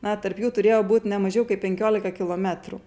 na tarp jų turėjo būt ne mažiau kaip penkiolika kilometrų